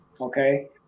okay